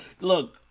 Look